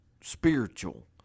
spiritual